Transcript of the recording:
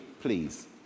please